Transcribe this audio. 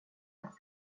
att